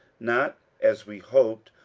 not as we hoped,